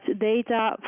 data